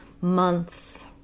months